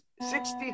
sixty